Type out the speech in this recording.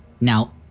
Now